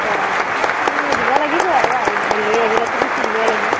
অঁ ফীজটো দিব লাগিব আৰু আহিলে লৈ আহিলেটো ফীজটো দিবই লাগিব